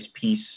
piece